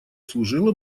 служила